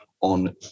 on